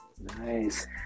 Nice